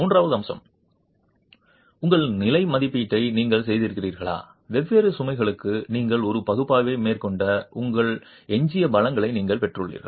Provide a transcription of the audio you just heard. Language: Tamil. மூன்றாவது அம்சம் உங்கள் நிலை மதிப்பீட்டை நீங்கள் செய்திருக்கிறீர்களா வெவ்வேறு சுமைகளுக்கு நீங்கள் ஒரு பகுப்பாய்வை மேற்கொண்ட உங்கள் எஞ்சிய பலங்களை நீங்கள் பெற்றுள்ளீர்கள்